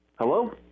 Hello